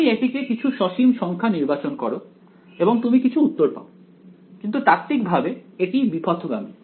তুমি এটিকে কিছু সসীম সংখ্যা নির্বাচন করো এবং তুমি কিছু উত্তর পাও কিন্তু তাত্ত্বিকভাবে এটি বিপথগামী